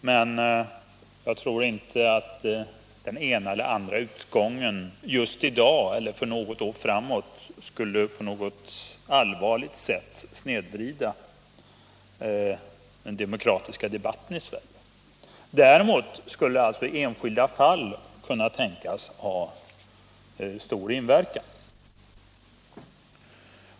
Men jag tror inte att den ena eller andra utgången skulle just i dag eller för något år framåt på något allvarligt sätt snedvrida den demokratiska debatten i Sverige. Däremot skulle alltså enskilda fall kunna tänkas ha stor inverkan.